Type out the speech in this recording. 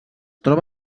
troba